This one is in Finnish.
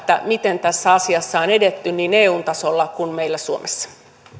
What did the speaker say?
miten tässä asiassa on edetty niin eun tasolla kuin meillä suomessa